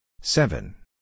Seven